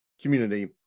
community